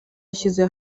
ashyize